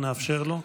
נאפשר לו.